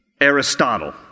Aristotle